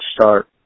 start